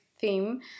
theme